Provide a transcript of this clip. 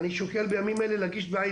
אני שוקל בימים האלה להגיש תביעה